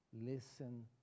listen